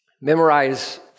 memorize